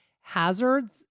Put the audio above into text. hazards